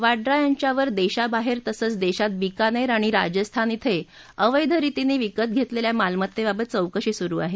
वाडूा याच्यावर देशाबाहेर तसंच देशात बिकानेर आणि राजस्थान ञे अवैध रितीनी विकत घेतलेल्या मालमत्तेबाबत चौकशी सुरु आहे